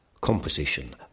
composition